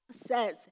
says